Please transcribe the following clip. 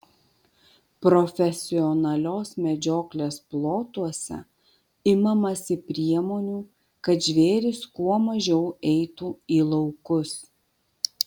profesionalios medžioklės plotuose imamasi priemonių kad žvėrys kuo mažiau eitų į laukus